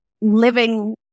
living